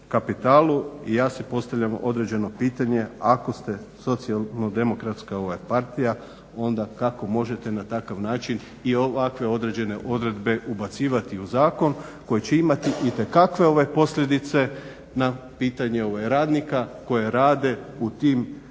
kapitalu i ja si postavljam određeno pitanje, ako ste Socijalno demokratska partija kako možete na takav način i ovakve određene odredbe ubacivati u zakon koji će imati itekakve posljedice na pitanje radnike koje rade u tim